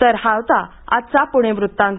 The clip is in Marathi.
तर हा होता आजचा प्णे व्रत्तांत